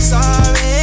Sorry